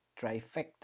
trifecta